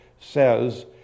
says